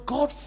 God